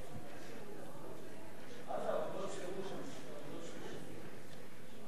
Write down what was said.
116), התשע"ב 2012, נתקבל.